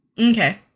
Okay